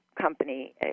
company